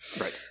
Right